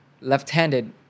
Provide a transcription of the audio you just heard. left-handed